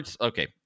Okay